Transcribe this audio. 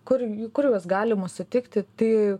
kur kur juos galima sutikti tai